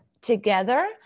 together